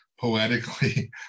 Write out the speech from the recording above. Poetically